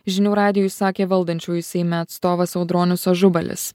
žinių radijui sakė valdančiųjų seime atstovas audronius ažubalis